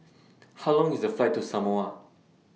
How Long IS The Flight to Samoa